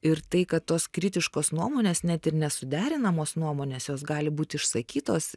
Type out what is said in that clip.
ir tai kad tos kritiškos nuomonės net ir nesuderinamos nuomonės jos gali būti išsakytos